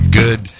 good